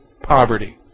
poverty